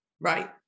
Right